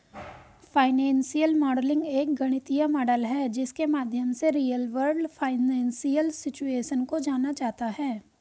financial modelling एक गणितीय model है जिसके माध्यम से रियल वर्ल्ड फाइनेंशियल सिचुएशन को जाना जाता है